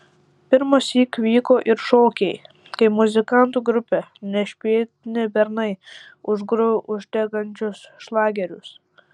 pirmąsyk vyko ir šokiai kai muzikantų grupė nešpėtni bernai užgrojo uždegančius šlagerius